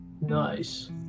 nice